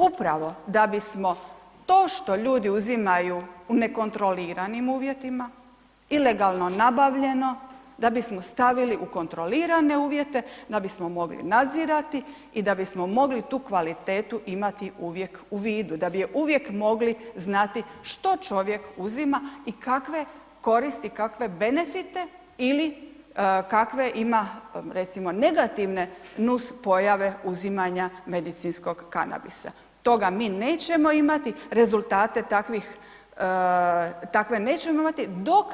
Upravo da bismo to što ljudi uzimaju u nekontroliranim uvjetima, ilegalno nabavljeno, da bismo stavili u kontrolirane uvjete, da bismo mogli nadzirati i da bismo mogli tu kvalitetu imati uvijek u vidu, da bi je uvijek mogli znati što čovjek uzima i kakve koristi, kakve benefite ili kakve ima, recimo negativne nus pojave uzimanja medicinskog kanabisa, toga mi nećemo imati, rezultate takve nećemo imati dok